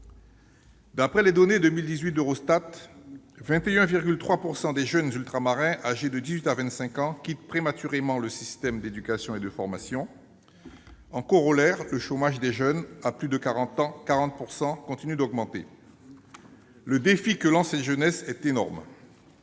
D'après les données pour 2018 d'Eurostat, 21,3 % des jeunes Ultramarins âgés de 18 à 25 ans quittent prématurément le système d'éducation et de formation. En corollaire, le chômage des jeunes, qui s'établit à plus de 40 %, continue d'augmenter. Le défi que lance cette jeunesse est énorme.